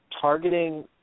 targeting